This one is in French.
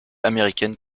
américaine